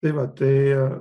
tai va tai